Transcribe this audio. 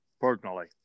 personally